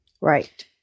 Right